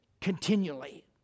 continually